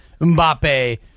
mbappe